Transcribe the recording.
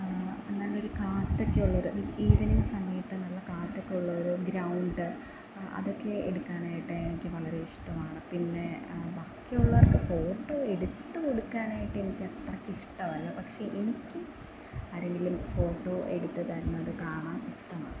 നല്ലൊരു കാറ്റൊക്കെയുള്ളൊരു ഈവനിംഗ് സമയത്ത് നല്ല കാറ്റൊക്കെ ഉള്ള ഒരു ഗ്രൗണ്ട് അതൊക്കെ എടുക്കാനായിട്ട് എനിക്ക് വളരെ ഇഷ്ടമാണ് പിന്നെ ബാക്കിയുള്ളവർക്ക് ഫോട്ടോ എടുത്ത് കൊടുക്കാനായിട്ട് എനിക്കത്രക്ക് ഇഷ്ടവല്ല പക്ഷെ എനിക്ക് ആരെങ്കിലും ഫോട്ടോ എടുത്ത് തരുന്നത് കാണാൻ ഇഷ്ടമാണ്